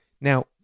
Now